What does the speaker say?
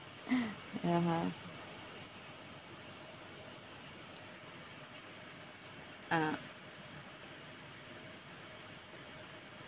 ya uh